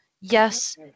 Yes